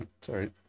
sorry